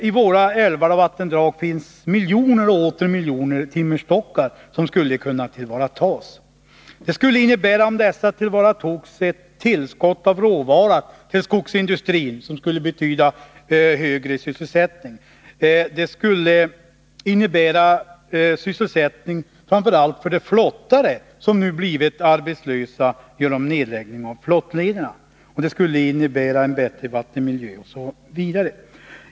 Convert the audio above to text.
I våra älvar och vattendrag finns miljoner och åter miljoner timmerstockar, som skulle kunna tillvaratas. Det skulle innebära ett tillskott av råvara till skogsindustrin, som skulle betyda högre sysselsättning, framför allt för de flottare som nu blivit arbetslösa genom nedläggning av flottlederna. Det skulle även innebära en bättre vattenmiljö osv.